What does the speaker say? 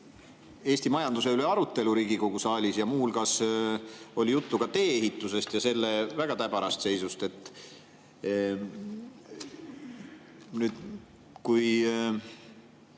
Eesti majanduse üle siin Riigikogu saalis ja muu hulgas oli juttu tee-ehitusest ja selle väga täbarast seisust. Nüüd, kui